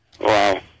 Wow